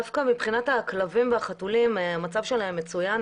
דווקא מצבם של החתולים והכלבים מצוין.